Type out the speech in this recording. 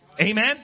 Amen